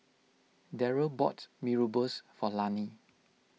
Darryll bought Mee Rebus for Lani